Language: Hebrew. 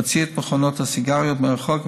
הוציא את מכונות הסיגריות מהחוק,